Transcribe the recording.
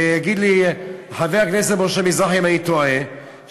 ויגיד לי חבר הכנסת משה מזרחי אם אני טועה,